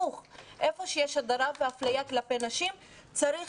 איפה שיש הדרה והפליה כלפי נשים צריך